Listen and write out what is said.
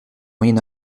moyen